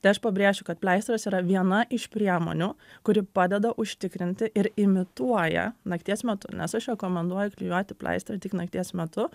tai aš pabrėšiu kad pleistras yra viena iš priemonių kuri padeda užtikrinti ir imituoja nakties metu nes aš rekomenduoju klijuoti pleistrą tik nakties metu